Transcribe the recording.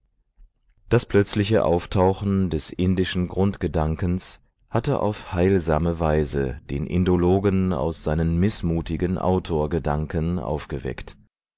das plötzliche auftauchen des indischen grundgedankens hatte auf heilsame weise den indologen aus seinen mißmutigen autorgedanken aufgeweckt